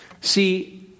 See